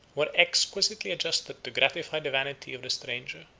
were exquisitely adjusted to gratify the vanity of the stranger,